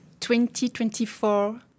2024